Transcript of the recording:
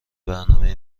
برنامه